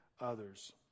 others